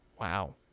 wow